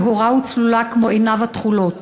טהורה וצלולה כמו עיניו התכולות.